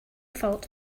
fault